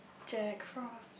Jack-Frost